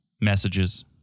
messages